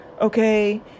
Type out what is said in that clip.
okay